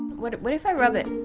what what if i rub it?